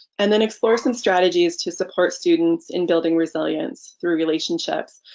and then explore some strategies to support students in building resilience through relationships.